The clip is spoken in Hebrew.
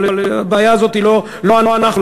אבל הבעיה הזאת היא לא אנחנו,